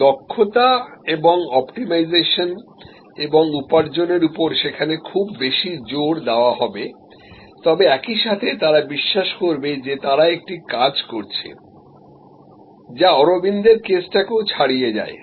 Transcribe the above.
দক্ষতা এবং অপ্টিমাইজেশন এবং উপার্জনের উপর সেখানে খুব বেশি জোর দেওয়া হবে তবে একই সাথে তারা বিশ্বাস করবে যে তারা একটি কাজ করছে যা অরবিন্দের কেস টাকেও ছাড়িয়ে যায়